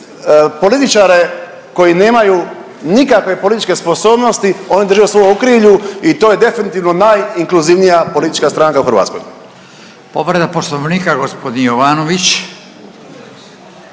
političare koji nemaju nikakve političke sposobnosti oni drže u svom okrilju i to je definitivno najinkluzivnija politička stranka u Hrvatskoj. **Radin, Furio (Nezavisni)** Povreda Poslovnika gospodin Jovanović.